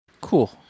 Cool